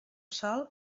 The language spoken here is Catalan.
sol